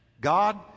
God